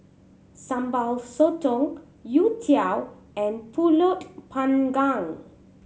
Sambal Sotong youtiao and Pulut Panggang